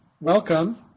Welcome